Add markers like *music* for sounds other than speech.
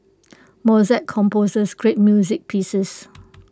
Mozart composes great music pieces *noise*